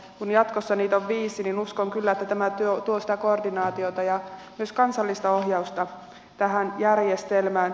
kun jatkossa niitä on viisi niin uskon kyllä että tämä tuo sitä koordinaatiota ja myös kansallista ohjausta tähän järjestelmään